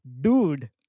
Dude